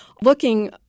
looking